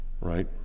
right